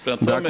Prema tome…